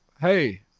hey